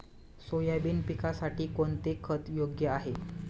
Soybean पिकासाठी कोणते खत योग्य आहे?